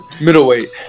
middleweight